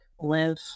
live